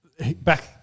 Back